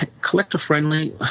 collector-friendly